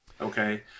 Okay